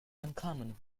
uncommon